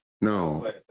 No